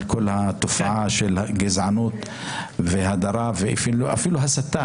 כל התופעה של הגזענות והדרה ואפילו הסתה.